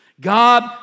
God